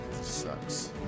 sucks